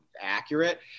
accurate